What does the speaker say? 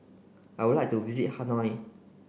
I would like to visit Hanoi